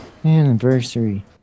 Anniversary